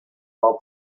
while